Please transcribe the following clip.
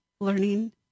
learning